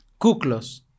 cuclos